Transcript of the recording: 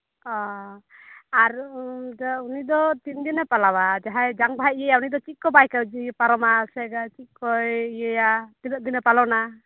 ᱚ ᱟᱨ ᱩᱱᱤ ᱫᱚ ᱛᱤᱱ ᱫᱤᱱᱮ ᱯᱟᱞᱟᱣᱟ ᱡᱟᱦᱟᱸᱭ ᱡᱟᱝ ᱵᱟᱦᱟᱭ ᱤᱭᱟᱹ ᱭᱟ ᱩᱱᱤ ᱫᱚ ᱪᱮᱫ ᱠᱚ ᱵᱟᱭ ᱯᱟᱨᱚᱢᱟ ᱥᱮ ᱪᱮᱫ ᱠᱚᱭ ᱤᱭᱟᱹ ᱭᱟ ᱛᱤᱱᱟᱹᱜ ᱫᱤᱱᱮ ᱯᱟᱞᱚᱱᱟ